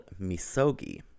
Misogi